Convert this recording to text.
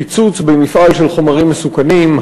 פיצוץ במפעל של חומרים מסוכנים,